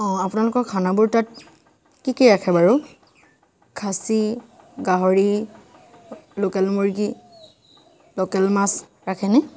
অঁ আপোনালোকৰ খানাবোৰ তাত কি কি ৰাখে বাৰু খাচী গাহৰি লোকেল মূৰ্গী লোকেল মাছ ৰাখেনে